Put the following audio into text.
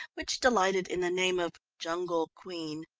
which delighted in the name of jungle queen.